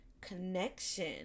connection